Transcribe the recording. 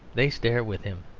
they stare with him,